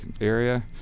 area